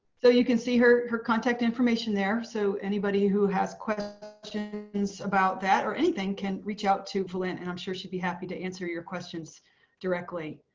so you can see her her contact information there. so anybody who has questions about that or anything can reach out to v'lent and i'm sure she'd be happy to answer your questions directly.